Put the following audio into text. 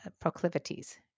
proclivities